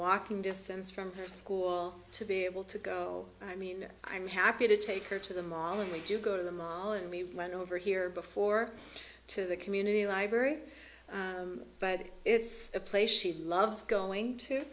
walking distance from her school to be able to go i mean i'm happy to take her to the mall and we do go to the mall and we went over here before to the community library but it's a place she loves going to